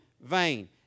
vain